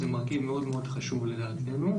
זה מרכיב מאוד חשוב לדעתנו.